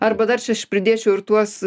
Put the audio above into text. arba dar čia aš pridėčiau ir tuos